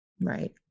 Right